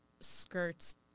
skirts